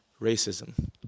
racism